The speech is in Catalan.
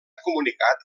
comunicat